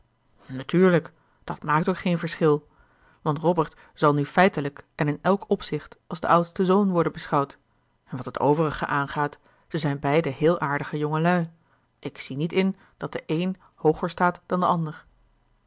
dat maakt ook geen verschil want robert zal nu feitelijk en in elk opzicht als de oudste zoon worden beschouwd en wat het overige aangaat ze zijn beiden heel aardige jongelui ik zie niet in dat de een hooger staat dan de ander